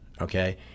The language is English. okay